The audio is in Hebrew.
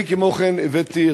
כמו כן הבאתי,